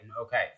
Okay